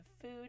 Food